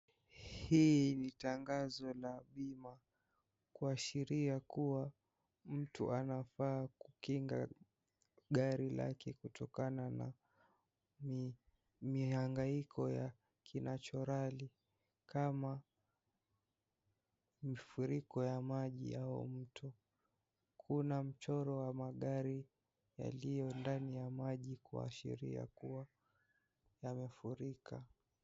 Hii ni tangazo la bima kuashiria kuwa mtu anafaa kukinga gari lake kutokana na mihangaiko ya kinacharali kama mfuriko ya maji au mto. Kuna mchoro wa magari yaliyo ndani ya maji kuashiria kuwa la kufirika.